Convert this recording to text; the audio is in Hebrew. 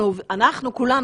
אנחנו כולנו,